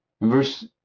verse